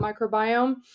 microbiome